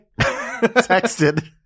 texted